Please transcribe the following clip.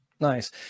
Nice